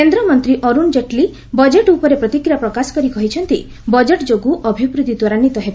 କେନ୍ଦ୍ରମନ୍ତ୍ରୀ ଅରୁଣ ଜେଟ୍ଲୀ ବଜେଟ୍ ଉପରେ ପ୍ରତିକ୍ରିୟା ପ୍ରକାଶ କରି କହିଚ୍ଚନ୍ତି ବଜେଟ୍ ଯୋଗୁଁ ଅଭିବୃଦ୍ଧି ତ୍ୱରାନ୍ୱିତ ହେବ